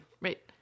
right